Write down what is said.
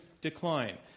decline